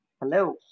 Hello